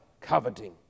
Coveting